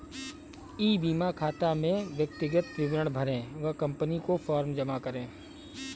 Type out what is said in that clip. ई बीमा खाता में व्यक्तिगत विवरण भरें व कंपनी को फॉर्म जमा करें